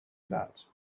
that